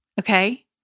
Okay